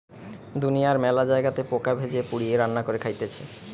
দুনিয়ার মেলা জায়গাতে পোকা ভেজে, পুড়িয়ে, রান্না করে খাইতেছে